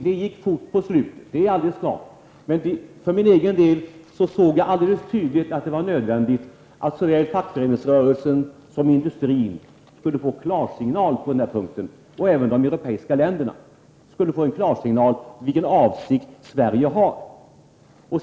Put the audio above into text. Det gick fort på slutet -- det är alldeles klart. För egen del insåg jag att det var nödvändigt att såväl fackföreningsrörelsen som industrin och även de europeiska länderna skulle få en klarsignal om Sveriges avsikt.